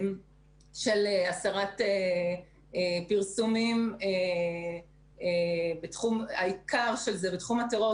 פעילות זו כוללת הסרת פרסומים בתחום הטרור,